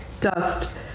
dust